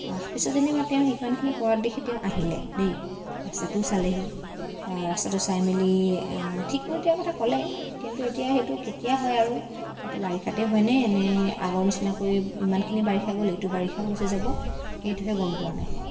পিছত যেনিবা তেওঁ সিমানখিনি কৰাক দেখি তেওঁ আহিলে দেই ৰাস্তাটোও চালেহি ৰাস্তাটো চাই মেলি ঠিক কৰি দিয়াৰ কথা ক'লে কিন্তু এতিয়া সেইটো কেতিয়া হয় আৰু এতিয়া বাৰিষাতে হয়নে নে আগৰ নিচিনাকৈ ইমানখিনি বাৰিষা গ'ল এইটো বাৰিষাও গুছি যাব এইটোহে গম পোৱা নাই